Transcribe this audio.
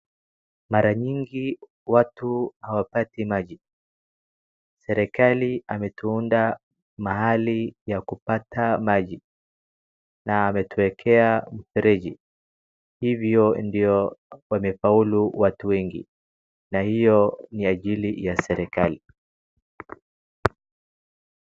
Mara nyingi watu hawapati maji, serikali ametuunda mahili ya kupata maji, na ametuekea mfereji, hivyo ndo wamefaulu watu wengi na hiyo ajili ya serikali.